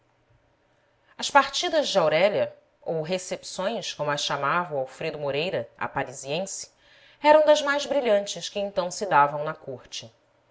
as partidas de aurélia ou recepções como as chamava o alfredo moreira à parisiense eram das mais brilhantes que então se davam na corte